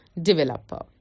developer